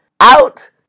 out